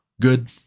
good